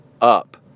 up